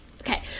Okay